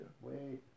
Wait